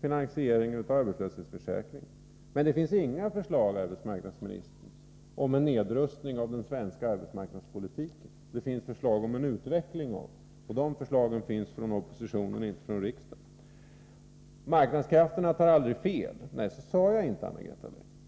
finansiering av arbetslöshetsförsäkringen. Men det finns inga förslag, arbetsmarknadsministern, om en nedrustning av den svenska arbetsmarknadspolitiken. Det finns förslag om en utveckling av den, och de förslagen kommer från oppositionen och inte från regeringen. ”Marknadskrafterna tar aldrig fel” — nej, så sade jag inte, Anna-Greta Leijon.